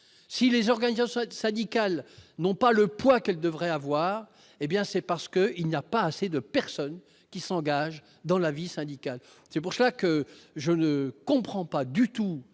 si les organisations syndicales n'ont pas le poids qu'elle devrait avoir, hé bien c'est parce que il n'y a pas assez de personnes qui s'engagent dans la vie syndicale, c'est pour ça que je ne comprends pas du tout